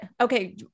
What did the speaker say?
Okay